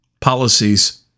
policies